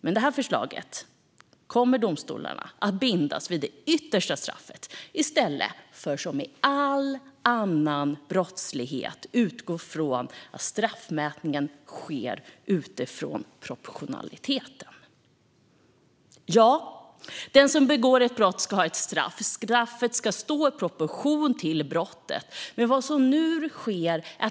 Med det här förslaget kommer domstolarna att bindas vid det yttersta straffet i stället för som när det gäller all annan brottslighet utgå från straffmätning utifrån proportionalitet. Ja, den som begår ett brott ska ha ett straff. Straffet ska stå i proportion till brottet.